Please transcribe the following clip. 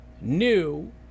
New